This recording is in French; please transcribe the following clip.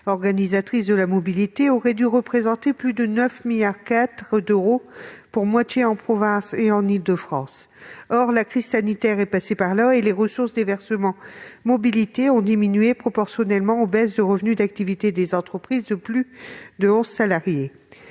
organisatrices de la mobilité (AOM) aurait dû représenter plus de 9,4 milliards d'euros, pour moitié en province et en Île-de-France. Or la crise sanitaire est passée par là et les ressources du versement mobilité ont diminué proportionnellement aux baisses de revenus d'activité des entreprises de plus de onze salariés.